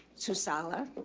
so sala,